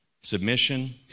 Submission